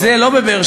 זה לא בבאר-שבע.